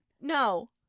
No